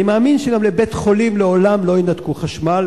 אני מאמין שגם לבית-חולים לעולם לא ינתקו חשמל,